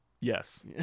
Yes